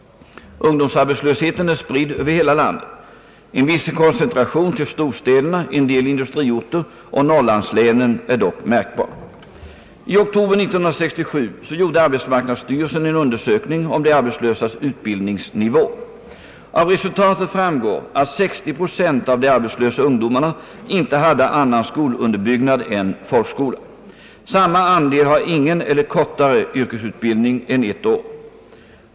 Ungdomsarbetslösheten är spridd över hela landet. En viss koncentration till storstäderna, en del industriorter och norrlandslänen är dock märkbar. I oktober 1967 gjorde arbetsmarknadsstyrelsen en undersökning om de arbetslösas utbildningsnivå. Av resultatet framgår att 60 Z av de arbetslösa ungdomarna inte hade annan skolunderbyggnad än folkskola. Samma andel har ingen eller kortare yrkesutbildning än ett år.